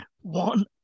one